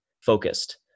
focused